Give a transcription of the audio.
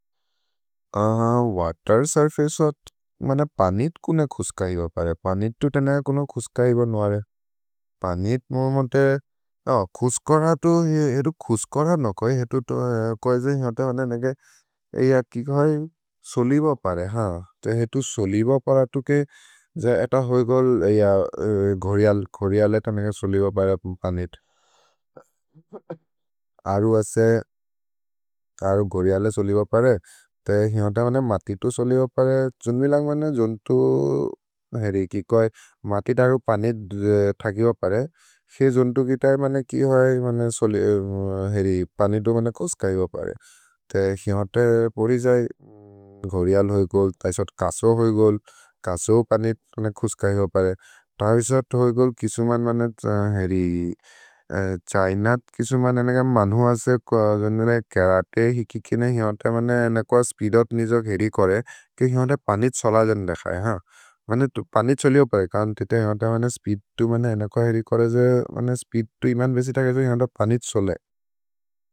वतेर् सुर्फचे अत् मन पनित् कुन खुस्कैब परे?। पनित् तुतेन कुन खुस्कैब नोअरे?। पनित् मोमन्ते अ, खुस्कर तु हेतु खुस्कर नोकोए हेतु तो कोए हेरते मने नेगे सोलिब परे, ह हेतु सोलिब पर तुके जेत होइ गोल् घोरिअल् घोरिअले तनेग सोलिब परे पनित् अरु असे अरु घोरिअले सोलिब परे ते हिनत मने मतितु सोलिब परे छुन्बिलन्ग् मने जन्तु हेरि कि कोए मतित अरु पनित् थकिब परे खे जन्तु कित मने कि होइ मने सोलिब हेरि पनितु मने खुस्कैब परे ते हिनत पोरि जै घोरिअल् होइ गोल्, तैशोत् कसो होइ गोल् कसो होइ पनित् खुस्कैब परे, तैशोत् होइ गोल् किसु मन् मने हेरि छैनत् किसु मन् हेरि मनु असे जन्तु जन्तु जन्तु जन्तु जन्तु जन्तु जन्तु जन्तु जन्तु जन्तु जन्तु जन्तु जन्तु।